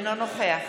אינו נוכח